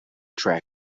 trek